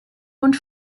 und